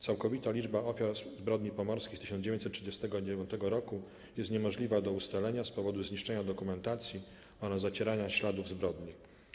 Całkowita liczba ofiar zbrodni pomorskiej z 1939 r. jest niemożliwa do ustalenia z powodu zniszczenia dokumentacji oraz zacierania śladów zbrodni.